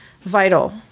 vital